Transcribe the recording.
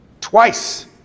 twice